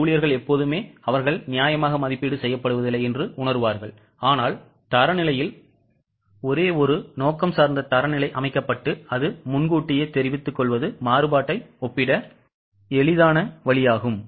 ஊழியர்கள் எப்போதுமே அவர்கள் நியாயமாக மதிப்பீடு செய்யப்படுவதில்லை என்று உணருவார்கள் ஆனால் தரநிலையில் ஒரு ஒரே நோக்கம் சார்ந்த தரநிலை அமைக்கப்பட்டு அது முன்கூட்டியே தெரிவித்து கொள்வது மாறுபாட்டை ஒப்பிட எளிதான வழியாகும்